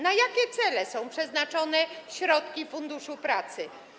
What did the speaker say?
Na jakie cele są przeznaczone środki Funduszu Pracy?